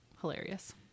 hilarious